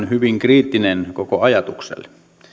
hyvin kriittinen koko ajatukselle